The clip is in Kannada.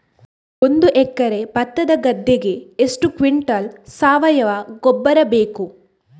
ಒಂದು ಎಕರೆ ಭತ್ತದ ಗದ್ದೆಗೆ ಎಷ್ಟು ಕ್ವಿಂಟಲ್ ಸಾವಯವ ಗೊಬ್ಬರ ಬೇಕು?